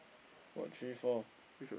what three four